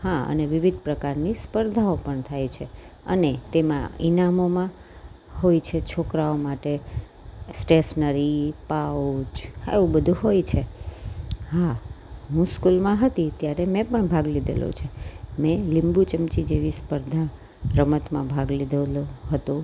હા અને વિવિધ પ્રકારની સ્પર્ધાઓ પણ થાય છે અને તેમાં ઇનમોમાં હોય છે છોકરાઓ માટે સ્ટેશનરી પાઉચ એવું બધું હોય છે હા હું સ્કૂલમાં હતી ત્યારે મેં પણ ભાગ લીધેલો છે મેં લીંબુ ચમચી જેવી સ્પર્ધા રમતમાં ભાગ લીધેલો હતો